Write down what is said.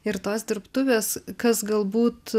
ir tos dirbtuvės kas galbūt